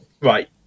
right